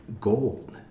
gold